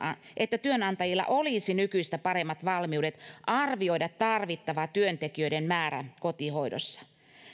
että työnantajilla olisi nykyistä paremmat valmiudet arvioida tarvittava työntekijöiden määrä kotihoidossa